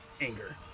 anger